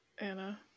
anna